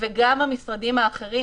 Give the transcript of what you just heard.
וגם המשרדים האחרים,